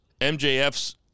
MJF's